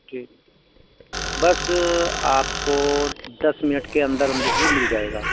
ٹھیک بس آپ کو دس منٹ کے اندر اندر ہی مل جائے گا